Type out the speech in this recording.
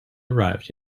arrived